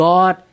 God